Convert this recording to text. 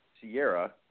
Sierra